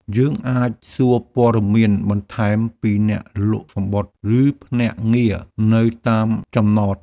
យើងអាចសួរព័ត៌មានបន្ថែមពីអ្នកលក់សំបុត្រ ឬភ្នាក់ងារនៅតាមចំណត។